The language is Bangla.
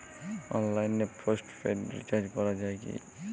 অনলাইনে পোস্টপেড রির্চাজ করা যায় কি?